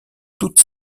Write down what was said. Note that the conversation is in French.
toute